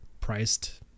priced